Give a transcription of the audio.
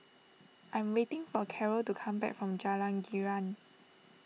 I'm waiting for Carole to come back from Jalan Girang